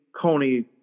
Coney